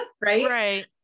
Right